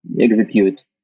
execute